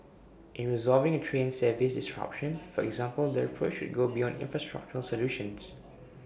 in resolving A train service disruption for example the approach should go beyond infrastructural solutions